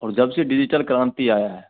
और जब से डिजिटल क्रांति आई है